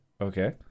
Okay